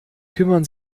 kümmern